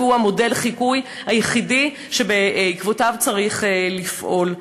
הוא מודל החיקוי היחידי שבעקבותיו צריך לפעול.